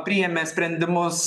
priėmė sprendimus